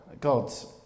God's